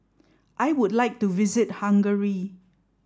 I would like to visit Hungary